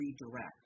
redirect